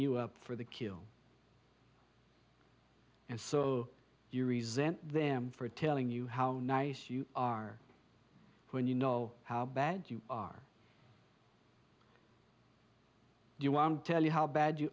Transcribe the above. you up for the kill and so you resent them for telling you how nice you are when you know how bad you are you want tell you how bad you